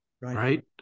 right